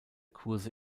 kurse